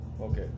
Okay